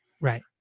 Right